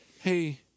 hey